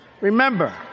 Remember